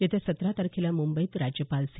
येत्या सतरा तारखेला मुंबईत राज्यपाल सी